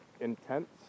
intense